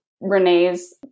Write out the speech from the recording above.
Renee's